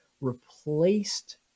replaced